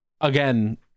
Again